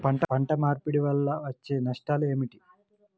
పంట మార్పిడి వల్ల వచ్చే నష్టాలు ఏమిటి?